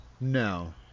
No